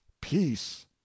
peace